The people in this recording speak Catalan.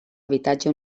habitatge